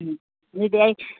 ꯎꯝ ꯑꯗꯨꯗꯤ ꯑꯩ